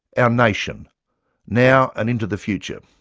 um nation now and into the future.